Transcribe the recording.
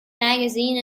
magazine